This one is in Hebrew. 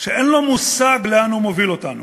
שאין לו מושג לאן הוא מוביל אותנו.